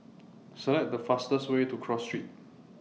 Select The fastest Way to Cross Street